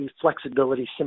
flexibility